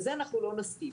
לזה אנחנו לא נסכים.